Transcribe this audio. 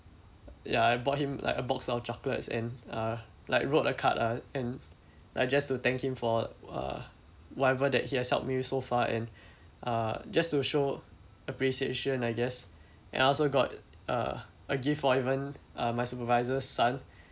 ya I bought him like a box of chocolates and uh like wrote a card lah and like just to thank him for uh whatever that he has helped me with so far and uh just to show appreciation I guess and I also got uh a gift for even uh my supervisor's son